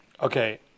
okay